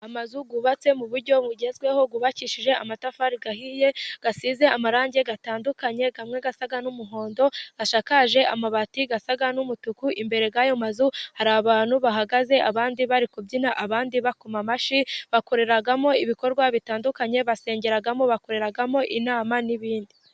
Amazu yubatse mu buryo bugezweho yubakishije amatafari ahiye, asize amarangi atandukanye amwe asa n'umuhondo asakaje amabati asa n'umutuku. Imbere y'ayo mazu hari abantu bahagaze abandi bari kubyina abandi bakoma amashyi bakoreramo ibikorwa bitandukanye basengeramo, bakoreramo inama n'ibindi.